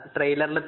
Trailer